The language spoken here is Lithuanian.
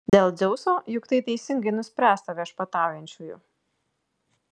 dėl dzeuso juk tai teisingai nuspręsta viešpataujančiųjų